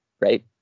right